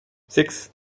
six